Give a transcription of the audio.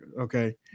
Okay